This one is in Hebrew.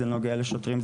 זה נוגע לשוטרים,